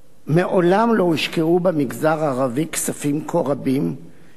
מעולם לא הושקעו במגזר הערבי כספים כה רבים כפי